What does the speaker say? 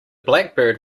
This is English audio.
blackbird